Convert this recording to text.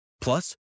Plus